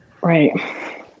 Right